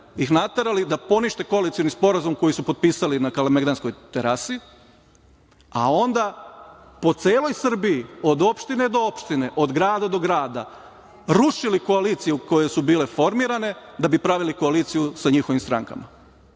ih naterali da ponište koalicioni sporazum koji su potpisali na Kalemegdanskoj terasi, a onda po celoj Srbiji, od opštine do opštine, od grada do grada, rušili koalicije koje su bile formirane da bi pravili koaliciju sa njihovim strankama. Tako